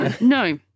No